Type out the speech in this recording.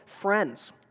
friends